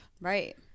right